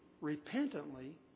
repentantly